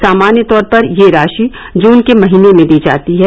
सामान्य तौर पर यह राशि जून के महीने में दी जाती है